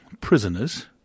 prisoners